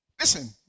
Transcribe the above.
listen